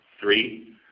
Three